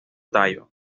tallo